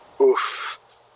Oof